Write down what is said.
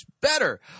better